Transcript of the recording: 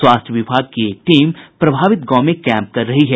स्वास्थ्य विभाग की एक टीम प्रभाावित गांव में कैम्प कर रही है